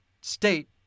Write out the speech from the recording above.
state